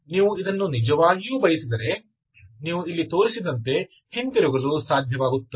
ನೀವು ಇದನ್ನು ನಿಜವಾಗಿಯೂ ಬಯಸಿದರೆ ನೀವು ಇಲ್ಲಿ ತೋರಿಸಿದಂತೆ ಹಿಂತಿರುಗಲು ಸಾಧ್ಯವಾಗುತ್ತದೆ